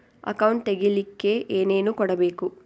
Account ತೆಗಿಲಿಕ್ಕೆ ಏನೇನು ಕೊಡಬೇಕು?